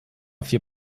vier